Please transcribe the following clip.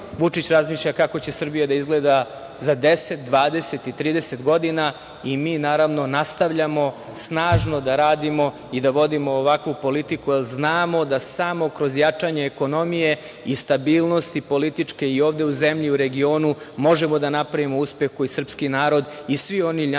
Vučić razmišlja kako će Srbija da izgleda za 10, 20 i 30 godina. Mi naravno, nastavljamo snažno da radimo i da vodimo ovakvu politiku, jer znamo da samo kroz jačanje ekonomije i stabilnosti, političke i ovde u zemlji i u regionu možemo da napravimo uspeh koji srpski narod i svi oni narodi